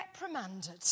reprimanded